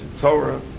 Torah